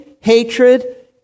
hatred